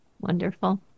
Wonderful